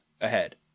ahead